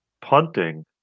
punting